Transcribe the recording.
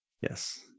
Yes